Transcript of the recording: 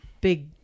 big